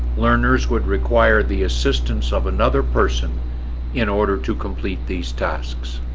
learners would require the assistance of another person in order to complete these tasks.